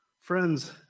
Friends